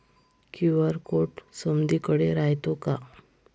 QR code समदीकडे रायतो का?